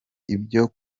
ibyo